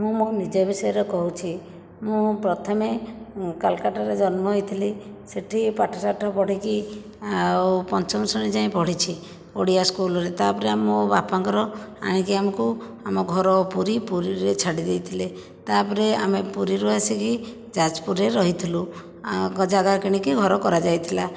ମୁଁ ମୋ ନିଜ ବିଷୟରେ କହୁଛି ମୁଁ ପ୍ରଥମେ କୋଲକାତାରେ ଜନ୍ମ ହୋଇଥିଲି ସେଠି ପାଠ ସାଠ ପଢ଼ିକି ଆଉ ପଞ୍ଚମ ଶ୍ରେଣୀ ଯାଏଁ ପଢ଼ିଛି ଓଡ଼ିଆ ସ୍କୁଲରେ ତା ପରେ ମୋ ବାପାଙ୍କର ଆଣିକି ଆମକୁ ଆମ ଘର ପୁରୀ ପୁରୀରେ ଛାଡ଼ି ଦେଇଥିଲେ ତା ପରେ ଆମେ ପରୀରୁ ଆସିକି ଯାଜପୁରରେ ରହିଥିଲୁ ଜାଗା କିଣିକି ଘର କରାଯାଇଥିଲା